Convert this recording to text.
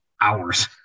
hours